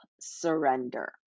surrender